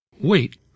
Wait